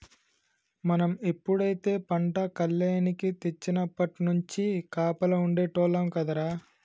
మనం ఎప్పుడైతే పంట కల్లేనికి తెచ్చినప్పట్నుంచి కాపలా ఉండేటోల్లం కదరా